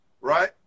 right